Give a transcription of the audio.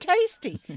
tasty